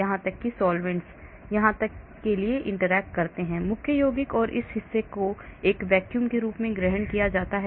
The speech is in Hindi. यहाँ तक कि सॉल्वैंट्स यहाँ तक के साथ interact करते हैं मुख्य यौगिक और इस हिस्से को एक वैक्यूम के रूप में ग्रहण किया जाता है